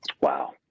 Wow